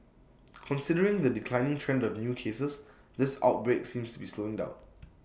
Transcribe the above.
considering the declining trend of new cases this outbreak seems to be slowing down